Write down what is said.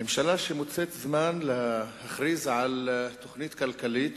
ממשלה שמוצאת זמן להכריז על תוכנית כלכלית